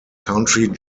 country